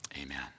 Amen